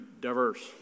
diverse